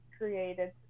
created